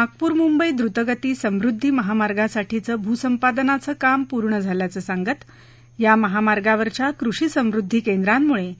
नागपूर मुंबई द्रुतगती समृद्धी महामार्गासाठीचं भूसंपादनाचं काम पूर्ण झाल्याचं सांगत या महामार्गावरच्या कृषी समृद्धी केंद्रांमुळे